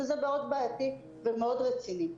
וזה מאוד בעייתי ומאוד רציני.